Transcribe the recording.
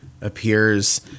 appears